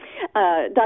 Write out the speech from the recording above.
Dr